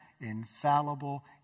infallible